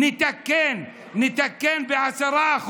נתקן, נתקן ב-10%,